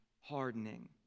hardening